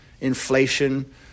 inflation